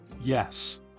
Yes